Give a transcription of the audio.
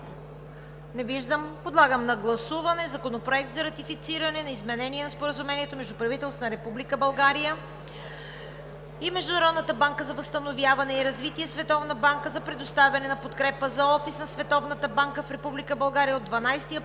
Не виждам. Подлагам на гласуване Законопроект за ратифициране на Изменение на Споразумението между правителството на Република България и Международната банка за възстановяване и развитие („Световна банка“) за предоставяне на подкрепа за Офис на Световната банка в Република България от 12